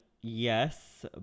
yes